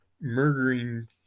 murdering